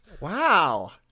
Wow